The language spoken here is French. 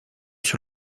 sur